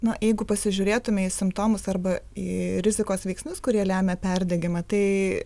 na jeigu pasižiūrėtume į simptomus arba į rizikos veiksnius kurie lemia perdegimą tai